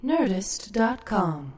Nerdist.com